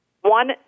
one